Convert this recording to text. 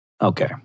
Okay